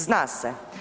Zna se.